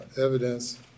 evidence